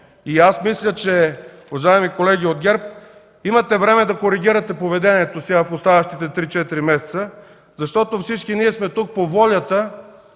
Аз мисля, уважаеми колеги от ГЕРБ, че имате време да коригирате поведението си в оставащите 3-4 месеца, защото всички ние сме тук по волята